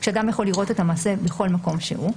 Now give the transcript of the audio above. שאדם יכול לראות את המעשה מכל מקום שהוא,